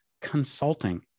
consulting